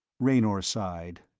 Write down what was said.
raynor sighed.